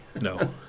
No